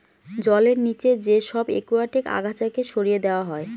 জলের নিচে যে সব একুয়াটিক আগাছাকে সরিয়ে দেওয়া হয়